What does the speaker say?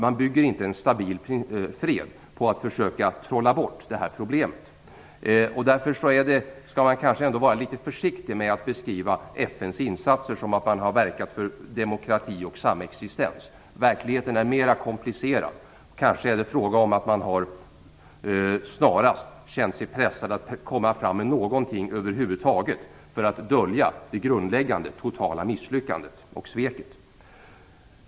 Man bygger inte en stabil fred på att försöka trolla bort detta problem. Därför skall man kanske vara litet försiktig med att beskriva FN:s insatser som att man har verkat för demokrati och samexistens. Verkligheten är mera komplicerad. Kanske är det fråga om att man snarast har känt sig pressad att komma fram med någonting över huvud taget för att dölja det grundläggande totala misslyckandet och sveket.